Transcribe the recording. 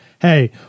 Hey